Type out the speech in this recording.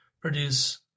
produce